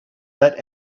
let